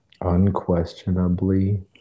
Unquestionably